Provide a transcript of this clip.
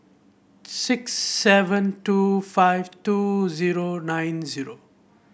six seven two five two zero nine zero